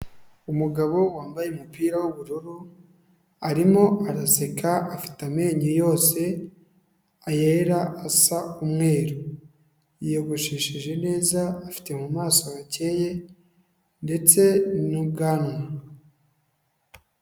Umugabo wambaye umupira w'ubururu arimo araseka afite amenyo yose, ayera asa umweru, yiyogoshesheje neza, afite mu maso hakeye ndetse n'ubwanwa.